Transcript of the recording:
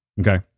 Okay